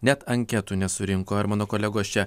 net anketų nesurinko ir mano kolegos čia